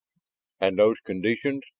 and those conditions?